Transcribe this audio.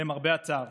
למרבה הצער